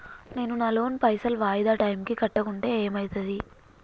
నేను నా లోన్ పైసల్ వాయిదా టైం కి కట్టకుంటే ఏమైతది?